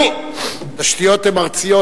תשתיות הן ארציות,